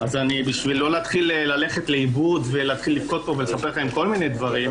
בשביל לא להתחיל ללכת לאיבוד ולבכות פה ולספר לכם כל מיני דברים,